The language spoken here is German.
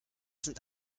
sind